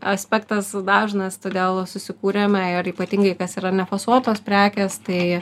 aspektas dažnas todėl susikūrėme ir ypatingai kas yra ne fasuotos prekės tai